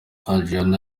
adriana